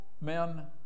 men